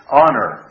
honor